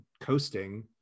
coasting